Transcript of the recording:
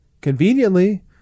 conveniently